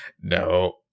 No